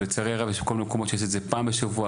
ולצערי הרב יש מקומות שיש את זה פעם בשבוע,